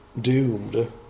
doomed